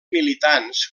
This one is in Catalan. militants